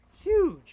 Huge